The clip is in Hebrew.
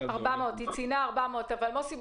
היא ציינה 400. אבל מוסי,